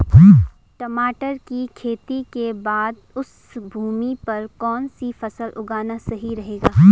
टमाटर की खेती के बाद उस भूमि पर कौन सी फसल उगाना सही रहेगा?